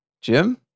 Jim